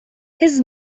his